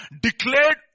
Declared